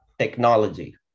Technology